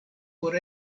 por